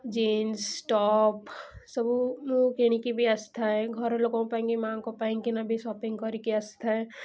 jeans top ସବୁ ମୁଁ କିଣିକି ବି ଆସିଥାଏ ଘରଲୋକଙ୍କ ପାଇଁକି ମାଙ୍କ ପାଇଁକିନା ବି ସପିଙ୍ଗ୍ କରିକି ଆସିଥାଏ